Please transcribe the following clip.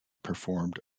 performed